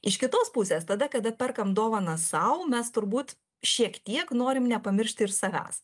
iš kitos pusės tada kada perkam dovanas sau mes turbūt šiek tiek norim nepamiršt ir savęs